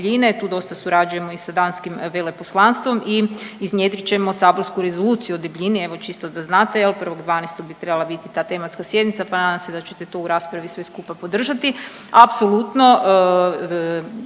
Tu dosta surađujemo i sa danskim veleposlanstvom i iznjedrit ćemo saborsku rezoluciju o deblji, evo čisto da znate, evo 1.12. bi trebala biti ta tematska sjednica pa nadam se da ćete to u raspravi sve skupa podržati.